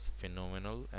phenomenal